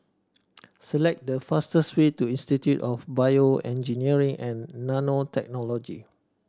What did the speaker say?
select the fastest way to Institute of BioEngineering and Nanotechnology